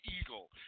eagle